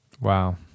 Wow